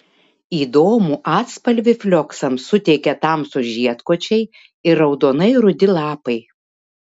įdomų atspalvį flioksams suteikia tamsūs žiedkočiai ir raudonai rudi lapai